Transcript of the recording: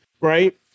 Right